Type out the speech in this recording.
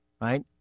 Right